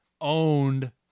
owned